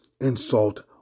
Insult